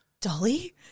Dolly